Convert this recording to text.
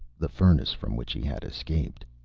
the furnace from which he had escaped.